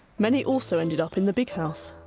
many also ended up in the big house.